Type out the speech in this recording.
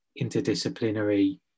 interdisciplinary